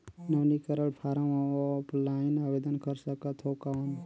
नवीनीकरण form offline आवेदन कर सकत हो कौन?